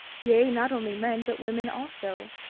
yea, not only men but women also.